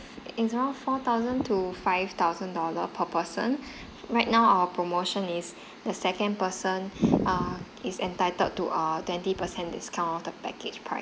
it's around four thousand to five thousand dollar per person right now our promotion is the second person err is entitled to a twenty percent discount on the package part